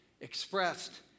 expressed